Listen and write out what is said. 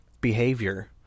behavior